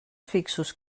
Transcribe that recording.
fixos